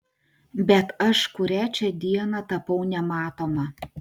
bet aš kurią čia dieną tapau nematoma